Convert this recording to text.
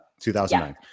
2009